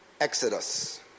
Exodus